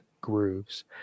grooves